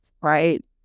right